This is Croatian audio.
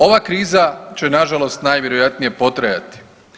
Ova kriza će na žalost najvjerojatnije potrajati.